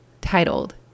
titled